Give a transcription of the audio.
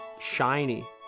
shiny